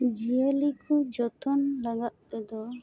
ᱡᱤᱭᱟᱹᱞᱤ ᱠᱚ ᱡᱚᱛᱚᱱ ᱞᱟᱜᱟᱫ ᱛᱮᱫᱚ